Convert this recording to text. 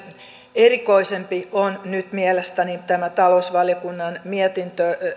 erikoisempi on nyt mielestäni talousvaliokunnan mietintö